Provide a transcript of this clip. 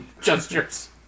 gestures